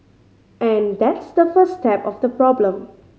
and that's the first step of the problem